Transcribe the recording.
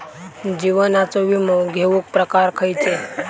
जीवनाचो विमो घेऊक प्रकार खैचे?